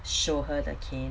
show her the cane